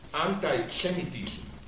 anti-Semitism